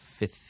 fifth